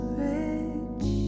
rich